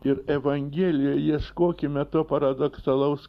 ir evangeliją ieškokime to paradoksalaus